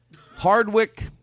Hardwick